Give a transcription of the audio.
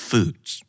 Foods